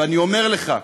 ואני אומר לך,